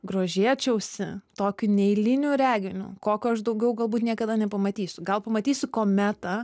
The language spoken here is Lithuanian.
grožėčiausi tokiu neeiliniu reginiu kokio aš daugiau galbūt niekada nepamatysiu gal pamatysiu kometą